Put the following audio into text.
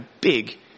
big